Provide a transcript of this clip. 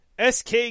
SK